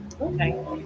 Okay